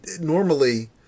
normally